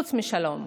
חוץ משלום.